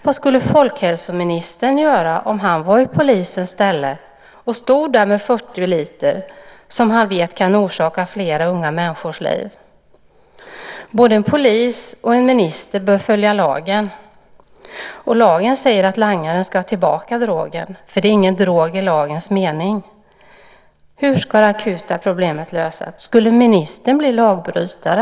Vad skulle folkhälsoministern göra om han var i polisens ställe och stod där med 40 liter som han vet kan orsaka fler unga människors död? Både en polis och en minister bör följa lagen, och lagen säger att langaren ska ha tillbaka drogen för det är ingen drog i lagens mening. Hur ska det akuta problemet lösas? Skulle ministern bli lagbrytare?